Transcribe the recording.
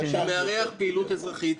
שמארח פעילות אזרחית,